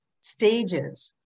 stages